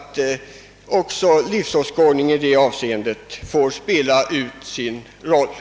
Även livsåskådningen bör i detta avseende ha sin plats.